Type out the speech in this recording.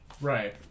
right